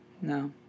No